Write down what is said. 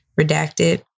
redacted